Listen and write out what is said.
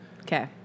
Okay